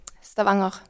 Stavanger